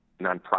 nonprofit